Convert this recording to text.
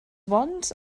bons